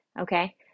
okay